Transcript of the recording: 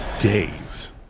days